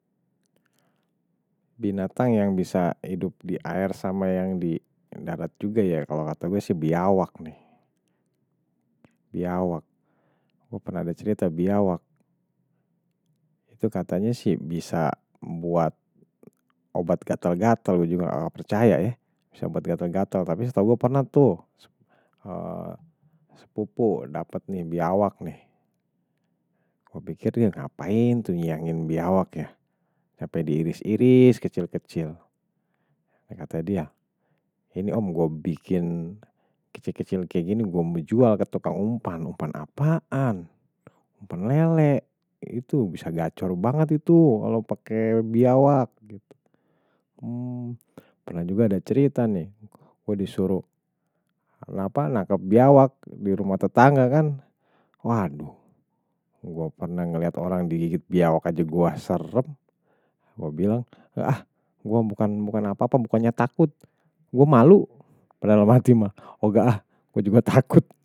Binatang yang bisa hidup di air sama yang di darat juga ya, kalau kata gue sih biawak nih, biawak. Gue pernah ada cerita biawak, itu katanya sih bisa buat obat gatel-gatel, gue juga nggak percaya ya, bisa obat gatel-gatel, tapi setau gue pernah tuh sepupu dapet nih biawak nih. Gue pikir dia ngapain tuh nyiyangin biawak ya, sampe diiris-iris kecil-kecil. Dia katanya dia, ini om gue bikin kecil-kecil kayak gini gue mau jual ke tukang umpan, umpan apaan umpan lele, itu bisa gacor banget itu kalau pakai biawak. Pernah juga ada cerita nih, gue disuruh kenapa nangkep biawak di rumah tetangga kan, waduh. Gue pernah ngeliat orang digigit biawak aja, gue serem. Gue bilang, engga ah, gue bukan apa-apa, bukannya takut, gue malu. Padahal dalam hati mah, oh enggak, gue juga takut.